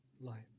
life